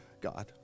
God